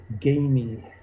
gamey